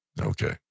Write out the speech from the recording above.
okay